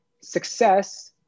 success